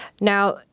Now